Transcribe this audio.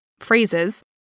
phrases